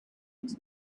into